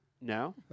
No